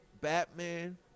batman